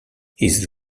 his